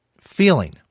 feeling